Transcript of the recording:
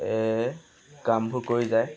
কামবোৰ কৰি যায়